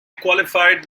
qualified